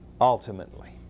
ultimately